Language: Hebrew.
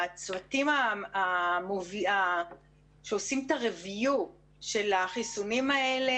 הצוותים שעושים את הביקורת של החיסונים האלה